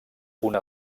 una